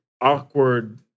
awkward